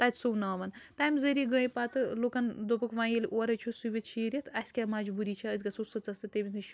تَتہِ سوٗناون تَمہِ ذٔریعہٕ گٔے پَتہٕ لُکن دوٚپُکھ وَنہِ ییٚلہِ اورے چھِ سُوِتھ شیٖرِتھ اَسہِ کیٛاہ مجبوٗری چھِ أسۍ گَژھو سٕژس تہٕ تٔمِس نِش